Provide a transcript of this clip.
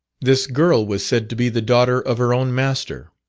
this girl was said to be the daughter of her own master.